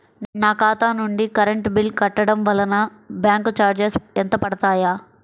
నా ఖాతా నుండి కరెంట్ బిల్ కట్టడం వలన బ్యాంకు చార్జెస్ ఎంత పడతాయా?